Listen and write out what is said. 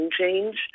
change